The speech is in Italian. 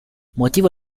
motivo